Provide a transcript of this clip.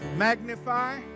Magnify